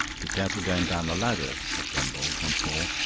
be careful going down the ladder, said gombauld once more.